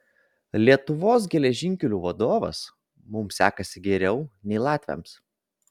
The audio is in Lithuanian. lietuvos geležinkelių vadovas mums sekasi geriau nei latviams